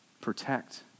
Protect